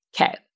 Okay